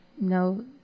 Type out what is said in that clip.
no